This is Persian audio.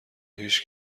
هیچ